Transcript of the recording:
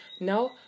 no